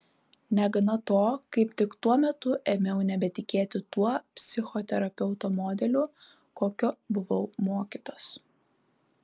negana to kaip tik tuo metu ėmiau nebetikėti tuo psichoterapeuto modeliu kokio buvau mokytas